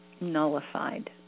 nullified